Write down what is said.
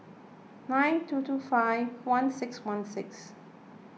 nine two two five one six one six